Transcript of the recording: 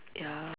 ya